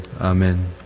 Amen